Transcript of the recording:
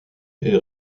est